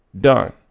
done